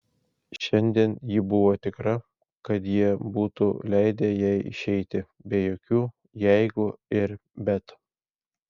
šiandien ji buvo tikra kad jie būtų leidę jai išeiti be jokių jeigu ir bet